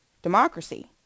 Democracy